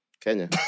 Kenya